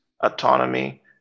autonomy